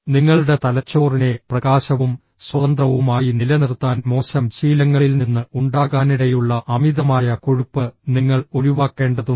നിങ്ങളുടെ തലച്ചോറിനെ പ്രകാശവും സ്വതന്ത്രവുമായി നിലനിർത്താൻ മോശം ശീലങ്ങളിൽ നിന്ന് ഉണ്ടാകാനിടയുള്ള അമിതമായ കൊഴുപ്പ് നിങ്ങൾ ഒഴിവാക്കേണ്ടതുണ്ട്